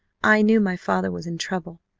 i knew my father was in trouble.